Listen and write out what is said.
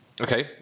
Okay